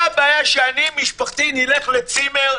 מה הבעיה שאני ומשפחתי ניסע לצימר,